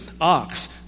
ox